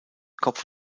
kopf